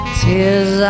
tears